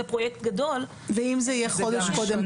פרויקט גדול --- ואם זה יהיה חודש קודם?